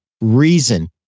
reason